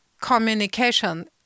communication